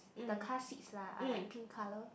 the car seats lah are like pink color